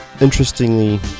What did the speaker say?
interestingly